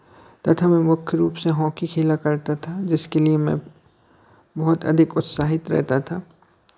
तथा मैं मुख्य रूप से हॉकी खेला करता था जिसके लिये मैं बहुत अधिक उत्साहित रहता था